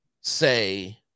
say